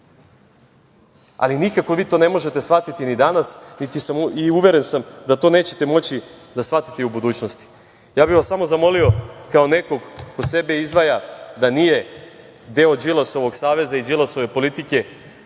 Ali nikako vi to ne možete shvatiti ni danas i uveren sam da to nećete moći da shvatite i u budućnosti. Samo bih vas zamolio, kao nekog ko sebe izdvaja da nije deo Đilasovog saveza i Đilasove politike,